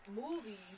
movies